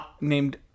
named